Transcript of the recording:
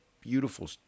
beautiful